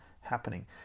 happening